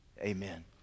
amen